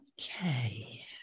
okay